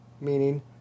meaning